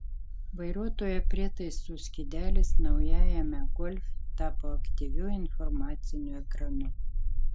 vairuotojo prietaisų skydelis naujajame golf tapo aktyviu informaciniu ekranu